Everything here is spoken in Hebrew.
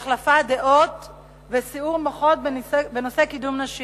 החלפת דעות וסיעור מוחות בנושא קידום נשים.